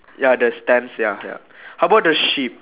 ya the stands ya ya how about the sheep